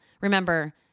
Remember